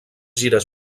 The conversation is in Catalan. gires